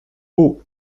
pau